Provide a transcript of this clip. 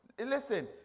Listen